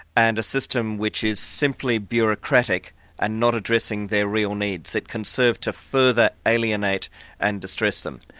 and a system which is simply bureaucratic and not addressing their real needs. it can serve to further alienate and distress them.